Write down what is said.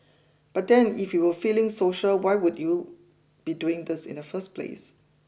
but then if you were feeling social why would you be doing this in the first place